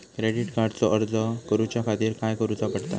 Credit कार्डचो अर्ज करुच्या खातीर काय करूचा पडता?